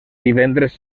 divendres